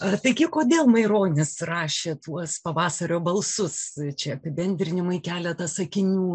tagi kodėl maironis rašė tuos pavasario balsus čia apibendrinimui keletą sakinių